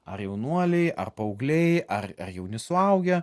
ar jaunuoliai ar paaugliai ar jauni suaugę